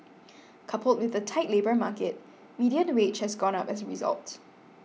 coupled with the tight labour market median wage has gone up as a result